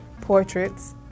portraits